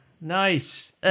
nice